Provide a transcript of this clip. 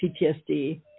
PTSD